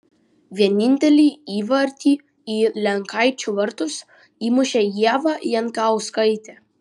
vienintelį įvartį į lenkaičių vartus įmušė ieva jankauskaitė